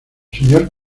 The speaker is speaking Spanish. señor